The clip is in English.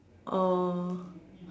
oh